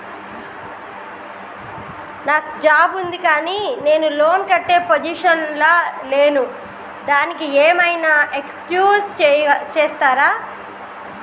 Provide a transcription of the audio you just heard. నాకు జాబ్ ఉంది కానీ నేను లోన్ కట్టే పొజిషన్ లా లేను దానికి ఏం ఐనా ఎక్స్క్యూజ్ చేస్తరా?